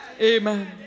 Amen